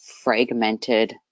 fragmented